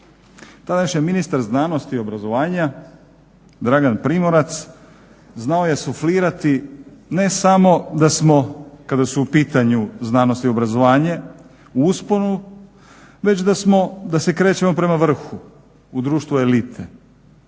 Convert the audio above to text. Tadašnji ministar znanosti i obrazovanja Dragan Primorac znao je suflirati ne samo da smo kada su u pitanju znanost i obrazovanje u usponu već da se krećemo prema vrhu u društvu elite.